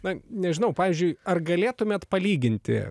na nežinau pavyzdžiui ar galėtumėt palyginti